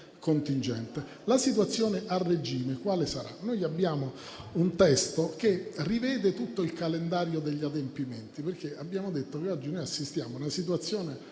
La situazione a regime quale sarà? Abbiamo un testo che rivede tutto il calendario degli adempimenti perché - come abbiamo detto - assistiamo oggi a una situazione